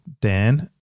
Dan